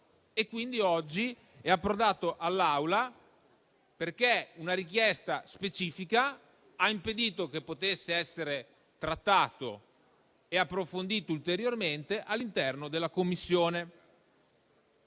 è quindi approdato oggi in Assemblea perché una richiesta specifica ha impedito che potesse essere trattato e approfondito ulteriormente all'interno della Commissione.